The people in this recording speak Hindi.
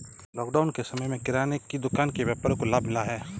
लॉकडाउन के समय में किराने की दुकान के व्यापारियों को लाभ मिला है